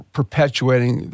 perpetuating